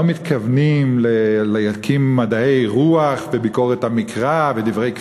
לא מתכוונים להקים מדעי רוח וביקורת המקרא ודברי כפירה,